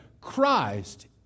Christ